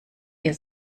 ihr